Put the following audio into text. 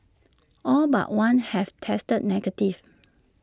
all but one have tested negative